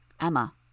Emma